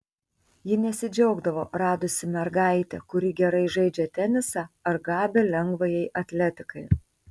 ji nesidžiaugdavo radusi mergaitę kuri gerai žaidžia tenisą ar gabią lengvajai atletikai